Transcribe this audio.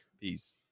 Peace